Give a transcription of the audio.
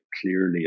clearly